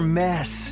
mess